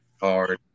hard